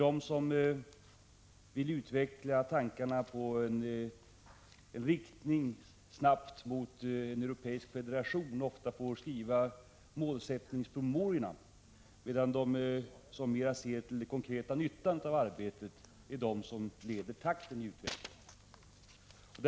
De som snabbt vill utveckla Gemenskapen i riktning mot en europeisk federation får ofta skriva målsättningspromemoriorna, medan de som mer ser till den konkreta nyttan av arbetet är de som leder takten i utvecklingen.